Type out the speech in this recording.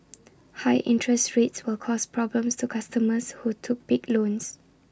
high interest rates will cause problems to customers who took big loans